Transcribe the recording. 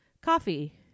coffee